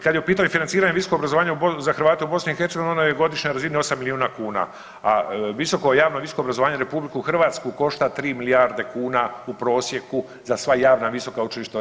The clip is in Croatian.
Kad je u pitanju financiranje visokog obrazovanja za Hrvate u BiH, ona je na godišnjoj razini 8 milijuna kuna, a visoko javno, visoko obrazovanje RH košta 3 milijarde kuna u prosjeku za sva javna visoka učilišta u RH.